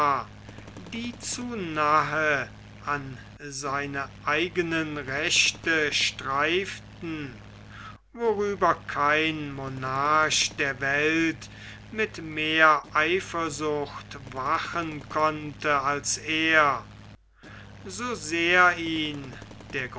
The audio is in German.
die zu nahe an seine eigenen rechte streiften worüber kein monarch der welt mit mehr eifersucht wachen konnte als er so sehr ihn der